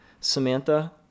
Samantha